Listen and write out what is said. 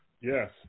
Yes